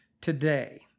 today